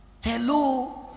Hello